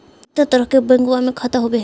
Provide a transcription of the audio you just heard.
कितना तरह के बैंकवा में खाता होव हई?